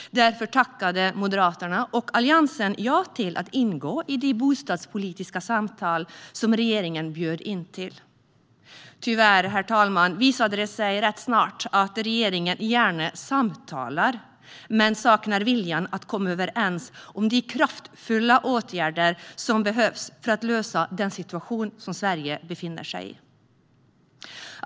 Därför tackade Moderaterna och Alliansen ja till att ingå i de bostadspolitiska samtal som regeringen bjöd in till. Tyvärr visade det sig rätt snart att regeringen gärna samtalar men saknar viljan att komma överens om de kraftfulla åtgärder som behövs för att lösa den situation som Sverige befinner sig i.